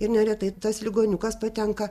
ir neretai tas ligoniukas patenka